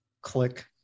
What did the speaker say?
Click